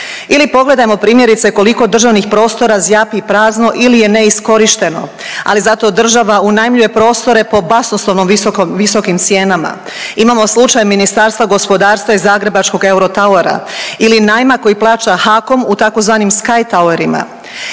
Ili pogledajmo primjerice koliko državnih prostora zjapi prazno ili je neiskorišteno, ali zato država unajmljuje prostore po basnoslovno visoko, visokim cijenama. Imamo slučaj Ministarstva gospodarstva iz zagrebačkog Eurotowera ili najma koji plaća HAKOM u tzv. Sky Towerima.